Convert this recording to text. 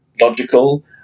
logical